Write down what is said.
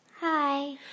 Hi